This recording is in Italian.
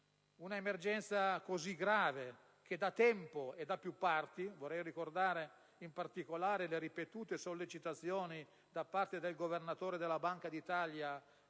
Un'emergenza così grave che da tempo e da più parti (ricordo in particolare le ripetute sollecitazioni da parte del governatore della Banca d'Italia,